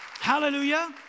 Hallelujah